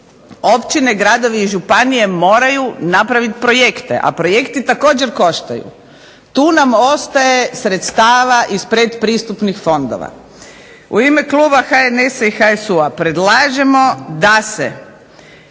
općine, gradovi i županije moraju napraviti projekte, a projekti također koštaju, tu nam ostaju sredstava iz pretpristupnih fondova. U ime Kluba HNS I HSU-a predlažemo da se